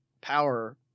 power